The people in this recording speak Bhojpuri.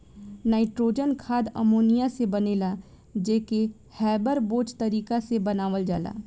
नाइट्रोजन खाद अमोनिआ से बनेला जे के हैबर बोच तारिका से बनावल जाला